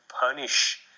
punish